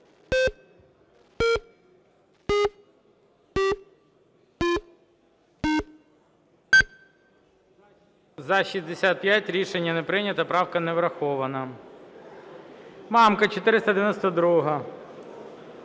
За-65 Рішення не прийнято, правка не врахована. Мамка, 492-а.